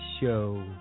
show